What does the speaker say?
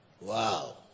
Wow